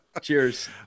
Cheers